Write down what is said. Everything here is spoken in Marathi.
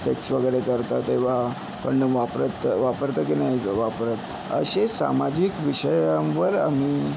सेक्स वगैरे करता तेव्हा कंडोम वापरत वापरता की नाही वापरत असे सामाजिक विषयांवर आम्ही